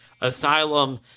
asylum